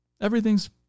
Everything's